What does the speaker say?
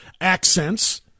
accents